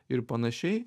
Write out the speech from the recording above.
ir panašiai